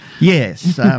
Yes